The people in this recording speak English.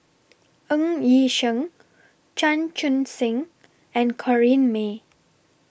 Ng Yi Sheng Chan Chun Sing and Corrinne May